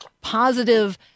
positive